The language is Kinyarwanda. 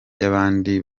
y’abandi